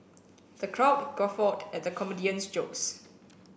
the crowd guffawed at the comedian's jokes